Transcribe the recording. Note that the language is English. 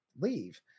Leave